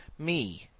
me,